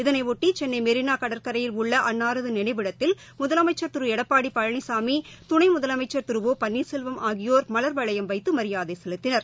இதனையொட்டிசென்னைமெரினாகடற்கரையில் உள்ள அன்னாரதுநினைவிடத்தில் முதலமைச்சர் திருடப்பாடிபழனிசாமி துணைமுதலமைச்சர் கிரு ஒ பன்னீர்செல்வம் மல்வளையம் வைத்துமரியாதைசெலுத்தினர்